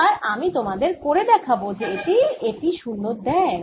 এবার আমি তোমাদের করে দেখাব যে এটিও 0 দেয়